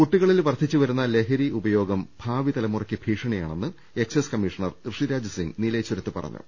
കുട്ടികളിൽ വർധിച്ചുവരുന്ന ലഹരി ഉപയോഗം ഭാവി തലമുറയ്ക്ക് ഭീഷണിയാണെന്ന് എക്സൈസ് കമ്മീഷണർ ഋഷിരാജ്സിങ്ങ് നീലേശ്വരത്ത് പറഞ്ഞു